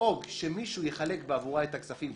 לדאוג שמישהו יחלק בעבורה את הכספים,